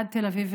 עד תל אביב,